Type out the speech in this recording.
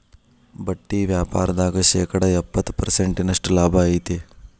ಬಟ್ಟಿ ವ್ಯಾಪಾರ್ದಾಗ ಶೇಕಡ ಎಪ್ಪ್ತತ ಪರ್ಸೆಂಟಿನಷ್ಟ ಲಾಭಾ ಐತಿ